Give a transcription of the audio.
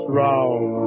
round